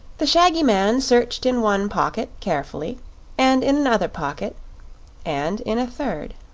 the shaggy man searched in one pocket, carefully and in another pocket and in a third.